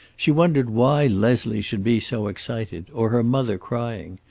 she wondered why leslie should be so excited, or her mother crying.